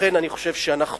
לכן אני חושב שאנחנו,